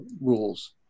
rules